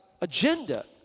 agenda